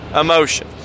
emotion